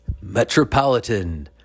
Metropolitan